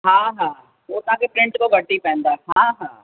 हा हा उहो तव्हांखे प्रिंट खां घटि ई पवंदा हा हा